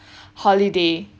holiday